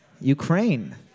Ukraine